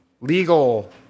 legal